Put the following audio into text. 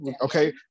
Okay